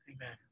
Amen